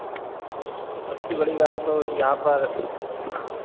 सबसे बड़ी बात तो यहाँ पर